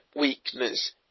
weakness